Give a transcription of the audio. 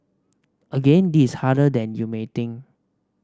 again this is harder than you may think